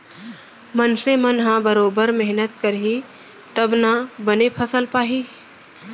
मनसे मन ह बरोबर मेहनत करही तब ना बने फसल पाही